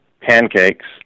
pancakes